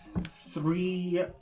three